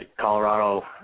Colorado